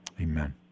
amen